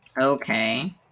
Okay